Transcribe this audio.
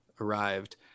arrived